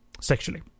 sexually